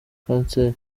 kanseri